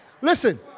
Listen